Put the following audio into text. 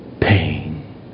pain